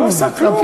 לא עשה כלום.